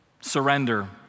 surrender